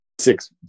six